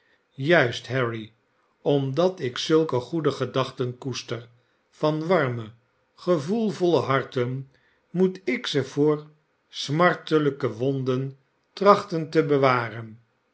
juist harry omdat ik zulke goede gedachten koester van warme gevoelvolle harten moet ik ze voor smartelijke wonden trachten te bewaren